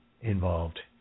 involved